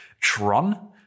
Tron